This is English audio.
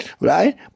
Right